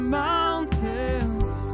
mountains